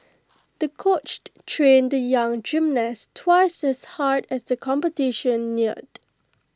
the coach trained the young gymnast twice as hard as the competition neared